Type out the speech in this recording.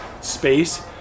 space